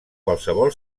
qualsevol